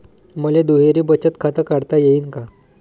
मले दुहेरी बचत खातं काढता येईन का?